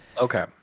okay